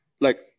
like-